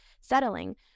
settling